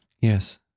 Yes